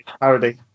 parody